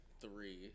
three